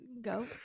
go